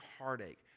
heartache